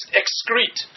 excrete